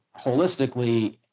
holistically